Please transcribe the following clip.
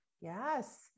Yes